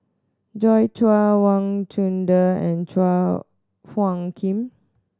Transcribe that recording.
Joi Chua Wang Chunde and Chua Phung Kim